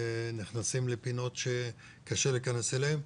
מכניסה לפינות שקשה להיכנס אליהן.